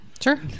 Sure